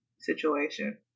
situation